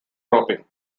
dropping